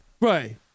Right